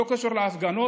שלא קשור להפגנות,